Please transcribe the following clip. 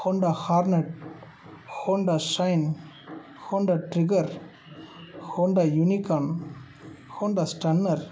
Honda Hornet Honda Shine Honda Trigger Honda Unicorn Honda stunner